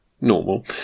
normal